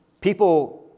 people